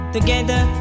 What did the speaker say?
Together